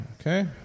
Okay